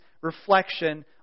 reflection